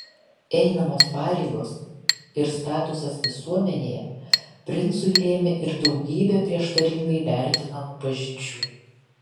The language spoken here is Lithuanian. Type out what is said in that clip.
einamos pareigos ir statusas visuomenėje princui lėmė ir daugybę prieštaringai vertinamų pažinčių